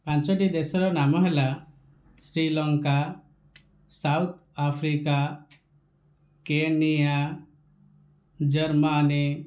ପାଞ୍ଚୋଟି ଦେଶର ନାମ ହେଲା Sri Lanka South Africa Kenya Germany